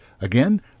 again